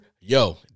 Yo